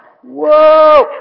Whoa